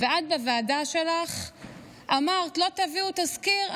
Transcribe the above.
ואת בוועדה שלך אמרת: לא תביאו תזכיר?